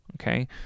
okay